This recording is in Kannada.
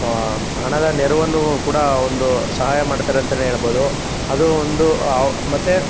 ಹಣದ ನೆರವನ್ನು ಕೂಡ ಒಂದು ಸಹಾಯ ಮಾಡ್ತಾರೆ ಅಂತಲೇ ಹೇಳ್ಬೋದು ಅದು ಒಂದು ಆ ಮತ್ತು